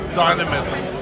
dynamism